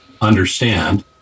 understand